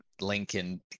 Lincoln